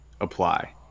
apply